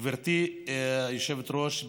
גברתי היושבת-ראש,